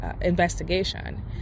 investigation